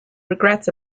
regrets